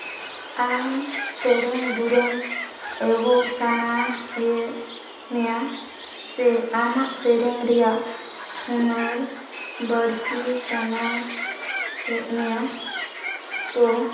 ᱟᱢ ᱥᱮᱨᱮᱧᱼᱫᱩᱨᱟᱹᱝ ᱮᱦᱚᱵ ᱥᱟᱱᱟᱭᱮᱫ ᱢᱮᱭᱟ ᱥᱮ ᱟᱢᱟᱜ ᱥᱮᱨᱮᱧ ᱨᱮᱭᱟᱜ ᱦᱩᱱᱟᱹᱨ ᱵᱟᱹᱲᱛᱤ ᱥᱟᱱᱟᱭᱮᱫ ᱢᱮᱭᱟ ᱛᱚ